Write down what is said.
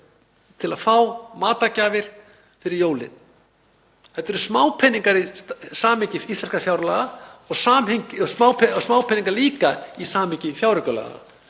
til að fá matargjafir fyrir jólin. Þetta eru smápeningar í samhengi íslenskra fjárlaga og líka í samhengi fjáraukalaga